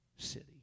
city